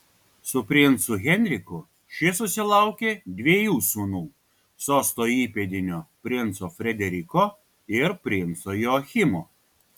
su princu henriku ši susilaukė dviejų sūnų sosto įpėdinio princo frederiko ir princo joachimo